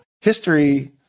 history